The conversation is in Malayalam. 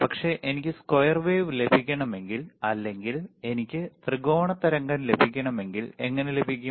പക്ഷെ എനിക്ക് സ്ക്വയർ വേവ് ലഭിക്കണമെങ്കിൽ അല്ലെങ്കിൽ എനിക്ക് ത്രികോണ തരംഗം ലഭിക്കണമെങ്കിൽ എങ്ങനെ ലഭിക്കും